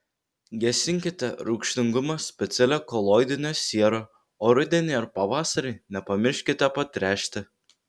gesinkite rūgštingumą specialia koloidine siera o rudenį ir pavasarį nepamirškite patręšti